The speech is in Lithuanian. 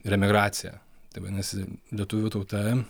ir emigracija tai vadinasi lietuvių tauta